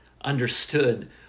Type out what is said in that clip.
understood